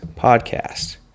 podcast